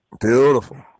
Beautiful